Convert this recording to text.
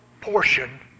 portion